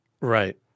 Right